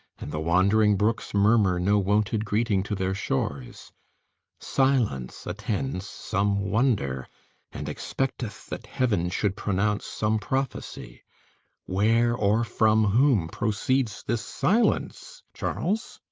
and the wandering brooks murmur no wonted greeting to their shores silence attends some wonder and expecteth that heaven should pronounce some prophesy where, or from whom, proceeds this silence, charles?